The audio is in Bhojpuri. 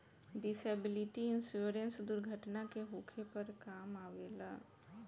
डिसेबिलिटी इंश्योरेंस दुर्घटना के होखे पर काम अवेला